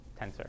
tensor